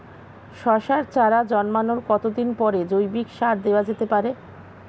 শশার চারা জন্মানোর কতদিন পরে জৈবিক সার দেওয়া যেতে পারে?